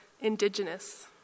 indigenous